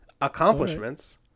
accomplishments